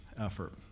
effort